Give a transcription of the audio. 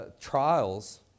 trials